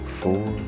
four